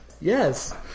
Yes